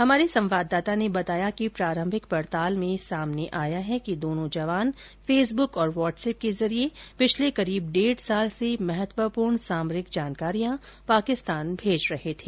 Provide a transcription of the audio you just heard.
हमारे संवाददाता ने बताया कि प्रारंभिक पड़ताल में सामने आया है कि दोनों जवान फेसबुक और वाट्सएप के जरिए पिछले करीब डेढ़ साल से महत्वपूर्ण सामरिक जानकारियां पाकिस्तान भेज रहे थे